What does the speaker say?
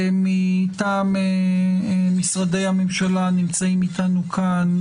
מטעם משרדי הממשלה נמצאים אתנו כאן,